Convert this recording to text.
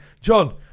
John